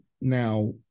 now